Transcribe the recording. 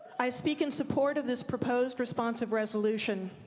i speak in support of this proposed responsive resolution.